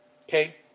Okay